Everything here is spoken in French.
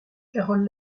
carole